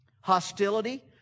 hostility